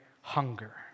hunger